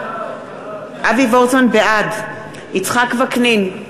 בעד יצחק וקנין,